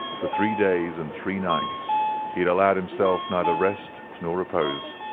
for three days and three nights he had allowed himself neither rest nor repose.